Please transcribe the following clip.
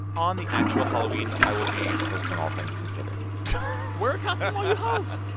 on the actual halloween, i will be hosting all things considered wear a costume while you host.